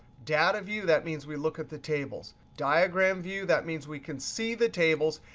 data view, that means we look at the tables. diagram view, that means we can see the tables.